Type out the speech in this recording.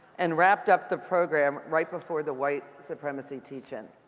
and wrapped up the program right before the white supremacy teach in.